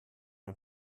ein